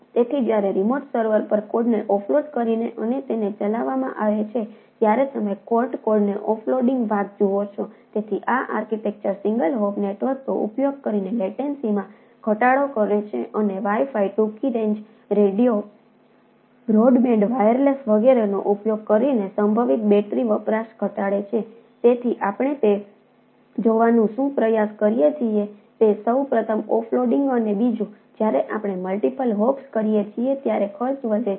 તેથી જ્યારે remote server hops કરીએ છીએ ત્યારે ખર્ચ વધે છે